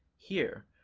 here,